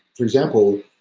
for example,